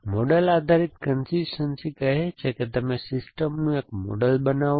તેથી મૉડલ આધારીત કન્સિસ્ટનસી કહે છે કે તમે સિસ્ટમનું એક મૉડલ બનાવો